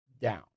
down